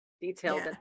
detailed